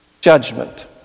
judgment